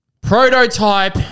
Prototype